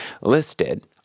listed